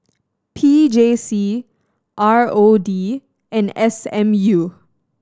P J C R O D and S M U